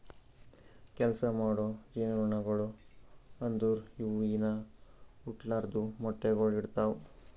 ಕೆಲಸ ಮಾಡೋ ಜೇನುನೊಣಗೊಳು ಅಂದುರ್ ಇವು ಇನಾ ಹುಟ್ಲಾರ್ದು ಮೊಟ್ಟೆಗೊಳ್ ಇಡ್ತಾವ್